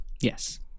Yes